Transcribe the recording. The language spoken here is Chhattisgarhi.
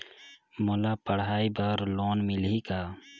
मोला पढ़ाई बर लोन मिलही का?